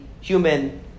human